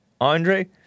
Andre